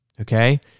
okay